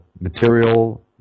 material